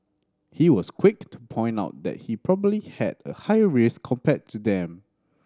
he was quick to point out that he probably had a higher risk compared to them